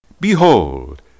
Behold